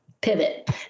pivot